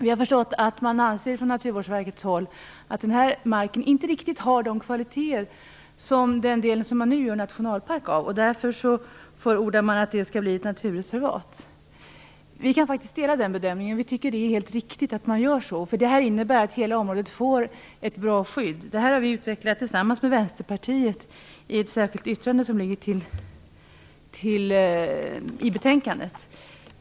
Vi har förstått att Naturvårdsverket inte anser att den marken riktigt har de kvaliteter som den del man nu gör nationalpark av. Därför förordar man att den delen skall bli ett naturreservat. Vi kan faktiskt dela den bedömningen; vi tycker det är helt riktigt att man gör så. Det innebär att hela området får ett bra skydd. Detta har vi utvecklat tillsammans med Vänsterpartiet i ett särskilt yttrande till betänkandet.